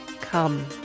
come